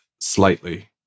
slightly